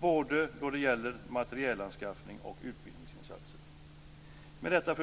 både då det gäller materielanskaffning och utbildningsinsatser. Fru talman!